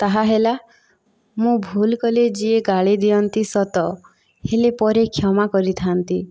ତାହା ହେଲା ମୁଁ ଭୁଲ କଲେ ଯିଏ ଗାଳି ଦିଅନ୍ତି ସତ ହେଲେ ପରେ କ୍ଷମା କରିଥା'ନ୍ତି